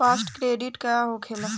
Fast credit का होखेला?